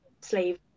slave